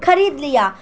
خرید لیا